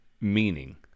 meaning